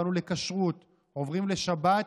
עברנו לכשרות, עוברים לשבת,